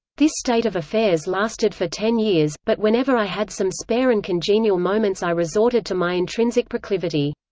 this state of affairs lasted for ten years, but whenever i had some spare and congenial moments i resorted to my intrinsic proclivity.